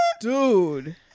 dude